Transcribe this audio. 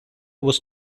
was